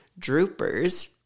Droopers